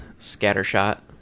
scattershot